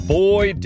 boy